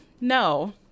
no